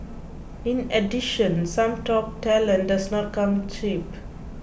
in addition some top talent does not come cheap